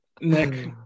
Nick